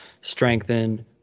strengthen